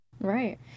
Right